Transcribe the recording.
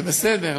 זה בסדר,